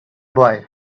boy